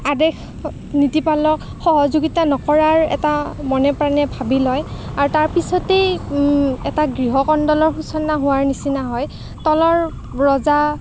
আদেশ নীতিপালক সহযোগিতা নকৰাৰ এটা মনে প্ৰাণে ভাবি লয় আৰু তাৰ পিছতেই এটা গৃহ কন্দলৰ সূচনা হোৱাৰ নিচিনা হয় তলৰ ৰজা